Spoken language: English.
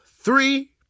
three